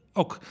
ook